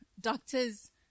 doctors